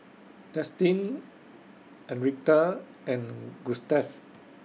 Destin Enriqueta and Gustaf